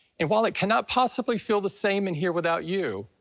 and while it cannot possibly feel the same in here without you,